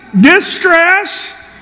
distress